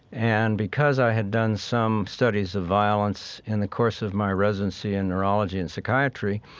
and because i had done some studies of violence in the course of my residency in neurology and psychiatry,